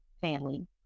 family